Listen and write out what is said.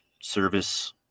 service